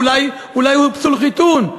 אולי הוא פסול חיתון?